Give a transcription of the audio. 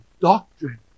doctrine